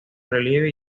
relieve